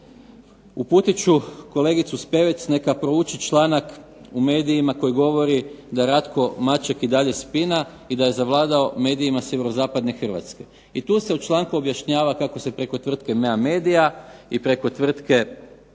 Uputit ću kolegicu Spevec neka prouči članak u medijima koji govori da RAtko Maček i dalje spina i da je zavladao medijima sjeverozapadne Hrvatske. I tu se u članku objašnjava kako se preko tvrtke MEA Medija i preko tvrtke u